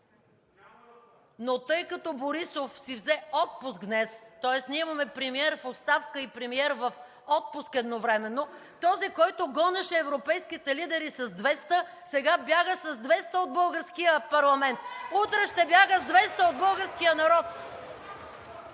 Но тъй като Борисов си взе отпуск днес, тоест ние имаме премиер в оставка и премиер в отпуск едновременно – този, който гонеше европейските лидери с 200 км, сега бяга с 200 км от българския парламент. (Реплики от ГЕРБ-СДС.) Утре ще бяга с 200 км от българския народ!